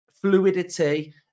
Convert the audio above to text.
fluidity